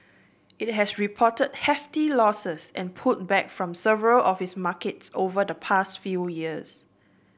it has reported hefty losses and pulled back from several of its markets over the past few years